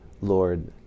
Lord